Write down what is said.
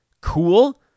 cool